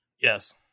Yes